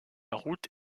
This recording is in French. route